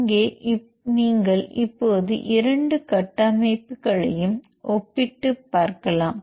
இங்கே நீங்கள் இப்போது இரண்டு கட்டமைப்புகளையும் ஒப்பிட்டுப் பார்க்கலாம்